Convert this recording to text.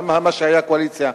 גם מה שהיה הקואליציה,